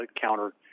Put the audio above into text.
counter